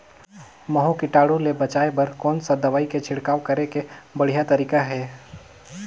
महू कीटाणु ले बचाय बर कोन सा दवाई के छिड़काव करे के बढ़िया तरीका हे?